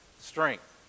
strength